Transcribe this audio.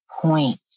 point